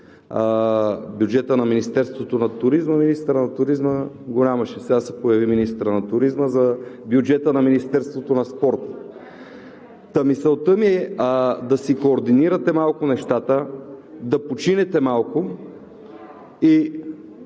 бюджета на Министерството на туризма, министърът на туризма го нямаше. Сега се появи министърът на туризма за бюджета на Министерството на спорта. Та, мисълта ми е да си координирате малко нещата, да починете малко и